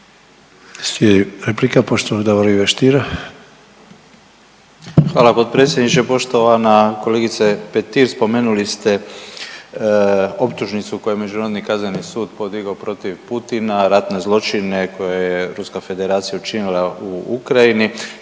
Stiera. **Stier, Davor Ivo (HDZ)** Hvala potpredsjedniče. Poštovana kolegice Petir spomenuli ste optužnicu koju je Međunarodni sud podigao protiv Putina, ratne zločine koje je ruska federacija učinila u Ukrajini.